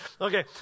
Okay